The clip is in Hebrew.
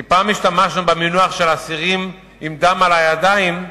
כי פעם השתמשנו במינוח של "אסירים עם דם על הידיים",